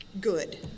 good